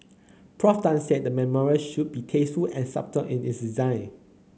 Prof Tan said the memorial should be tasteful and subtle in its design